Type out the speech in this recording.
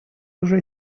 уже